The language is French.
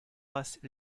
races